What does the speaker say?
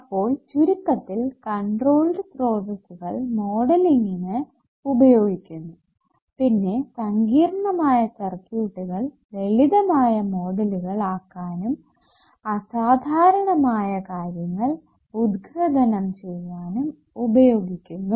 അപ്പോൾ ചുരുക്കത്തിൽ കൺട്രോൾഡ് സ്രോതസ്സുകൾ മോഡലിങ്ങിന് ഉപയോഗിക്കുന്നു പിന്നെ സങ്കീർണ്ണമായ സർക്യൂട്ടുകൾ ലളിതമായ മോഡലുകൾ ആക്കാനും അസാധാരണമായ കൃത്യങ്ങൾ ഉദ്ഗ്രഥനം ചെയ്യാനും ഉപയോഗിക്കുന്നു